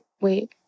Wait